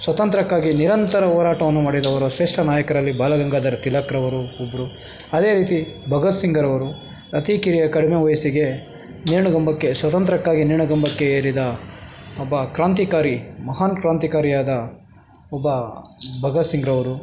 ಸ್ವಾತಂತ್ರ್ಯಕ್ಕಾಗಿ ನಿರಂತರ ಹೋರಾಟವನ್ನು ಮಾಡಿದವರು ಶ್ರೇಷ್ಠ ನಾಯಕರಲ್ಲಿ ಬಾಲಗಂಗಾಧರ ತಿಲಕ್ರವರು ಒಬ್ಬರು ಅದೇ ರೀತಿ ಭಗತ್ ಸಿಂಗ್ರವರು ಅತೀ ಕಿರಿಯ ಕಡಿಮೆ ವಯಸ್ಸಿಗೆ ನೇಣುಗಂಬಕ್ಕೆ ಸ್ವಾತಂತ್ರ್ಯಕ್ಕಾಗಿ ನೇಣುಗಂಬಕ್ಕೆ ಏರಿದ ಒಬ್ಬ ಕ್ರಾಂತಿಕಾರಿ ಮಹಾನ್ ಕ್ರಾಂತಿಕಾರಿಯಾದ ಒಬ್ಬ ಭಗತ್ ಸಿಂಗ್ರವರು